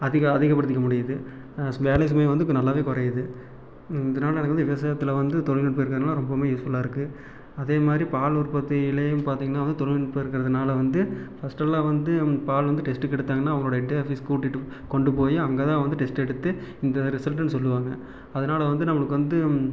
அதிக அதிகப்படுத்திக்க முடியுது வேலை சுமை வந்து நல்லாவே குறையிது இதனால் எனக்கு வந்து விவசாயத்தில் வந்து தொழில்நுட்பம் இருக்கிறதுனால ரொம்பவுமே யூஸ்ஃபுல்லாக இருக்குது அதே மாதிரி பால் உற்பத்திலையும் பார்த்திங்கன்னா வந்து தொழில்நுட்பம் இருக்கிறதுனால வந்து ஃபஸ்ட் எல்லாம் வந்து நமக்கு பால் வந்து டெஸ்ட்டுக்கு எடுத்தாங்கன்னால் அவங்களோட ஹெட் ஆஃபிஸ் கூட்டிகிட்டு கொண்டு போயி அங்கேதான் வந்து டெஸ்ட் எடுத்து இந்த ரிசல்ட்டுனு சொல்லுவாங்க அதனால வந்து நம்மளுக்கு வந்து